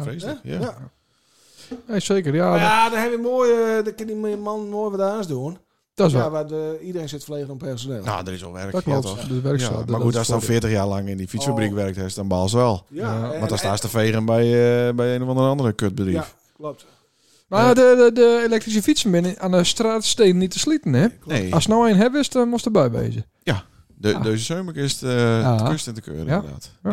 Vreselijk, Ja? ja. Ja. Ja, zeker, ja. Ja, dan heb je mooi, eh, dan kan die man mooi wat anders doen. Dat is Ja, waar. waar de- iedereen zit verlegen om personeel. Nou, er is wel werk, Dat ja, klopt. toch? De werkzaal, Ja, dat- maar goed, dat is als dan voordeel. 40 jaar lang in die fietsfabriek Oh. werkt, is het dan baal ze wel. Ja, Ja. en- Want dan en- staan ze te vegen bij, eh, bij een of andere- andere kutbedrijf. Ja, klopt. Maar Ja. de- de- de elektrische fietsen binnen- aan de straat steden niet te slieten, hè? Nee. Als ze nou een hebben is, dan moest erbij wezen. Ja, de- Ah. deze zomer is het, eh, de Ah. kust in de keur, Ja. inderdaad. Ja.